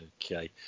Okay